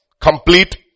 complete